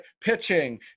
Pitching